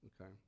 Okay